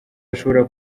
bashobora